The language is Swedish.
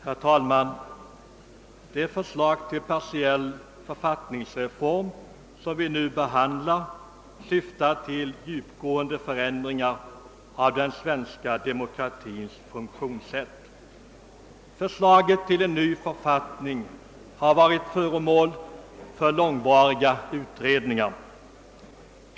Herr talman! Det förslag till partiell författningsreform som vi nu behandlar syftar till djupgående förändringar av den svenska demokratins funktionssätt. Förslaget till en ny författning har varit föremål för långvariga utredningar.